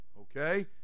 okay